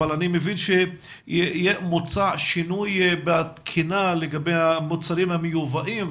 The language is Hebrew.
אבל מוצע שינוי בתקינה לגבי המוצרים המיובאים.